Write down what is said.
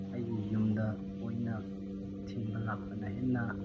ꯑꯩꯒꯤ ꯌꯨꯝꯗ ꯑꯣꯏꯅ ꯊꯤꯟꯕ ꯂꯥꯛꯄꯅ ꯍꯦꯟꯅ